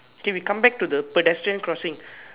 okay we come back to the pedestrian crossing